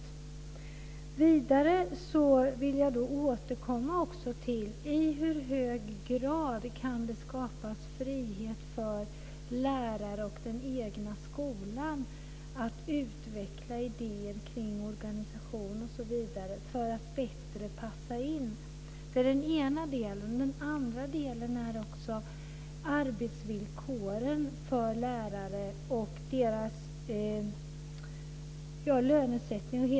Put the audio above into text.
Vidare vill jag återkomma till frågan: I hur hög grad kan det skapas frihet för lärare och den egna skolan för att utveckla idéer kring organisation osv. för att bättre passa in? Det är den ena delen. Den andra delen gäller arbetsvillkoren för lärare och deras lönesättning.